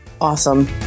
Awesome